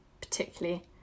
particularly